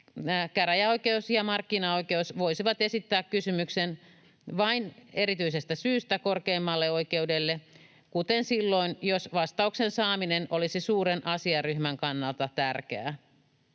käräjäoikeus ja markkinaoikeus voisivat esittää kysymyksen vain erityisestä syystä korkeimmalle oikeudelle, kuten silloin, jos vastauksen saaminen olisi suuren asiaryhmän kannalta tärkeää.